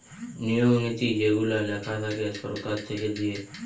নিয়ম নীতি যেগুলা লেখা থাকে সরকার থেকে দিয়ে